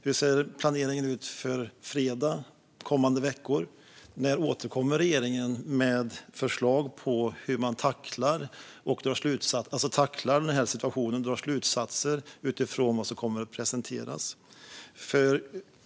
Hur ser planeringen för fredag och de kommande veckorna ut - när återkommer regeringen med förslag om hur man ska tackla situationen och drar slutsatser utifrån vad som kommer att presenteras?